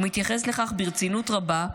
הוא מתייחס לכך ברצינות רבה,